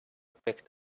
picked